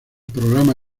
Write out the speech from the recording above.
programa